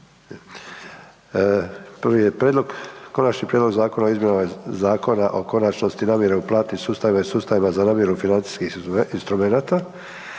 (HDZ)** Konačni prijedlog zakona o izmjenama Zakona o konačnosti namjere u platnim sustavima i sustavima za namjenu financijskih instrumenata,